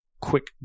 quick